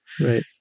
Right